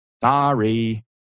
Sorry